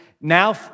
Now